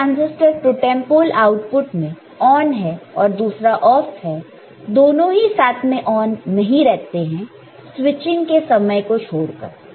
एक transistor totem pole output में on है और दूसरा ऑफ है दोनों ही साथ में ऑन नहीं रहते हैं स्विचिंग के समय को छोड़कर